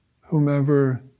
whomever